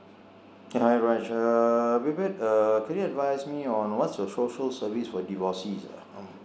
yeah hi raj uh uh could you advise me on what's the social service for divorcees ah